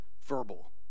verbal